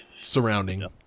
surrounding